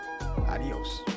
adios